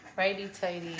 Righty-tighty